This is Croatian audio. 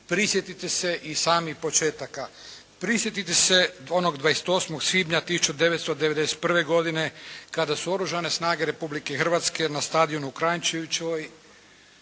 prisjetite se i sami početaka. Prisjetite se onog 28. svibnja 1991. godine, kada su Oružane snage Republike Hrvatske na stadionu u Kranjčevićevoj